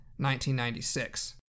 1996